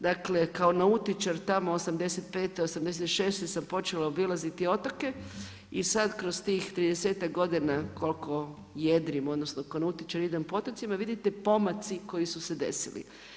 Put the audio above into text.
Dakle kao nautičar tamo '85., '86. sam počela obilaziti otoke, i sad kroz tih tridesetak godina koliko jedrim odnosno kao nautičar idem po otocima, vidite pomaci koji su se desili.